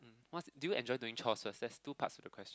what's do you enjoy doing chores first there's two parts to the question